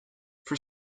for